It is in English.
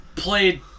played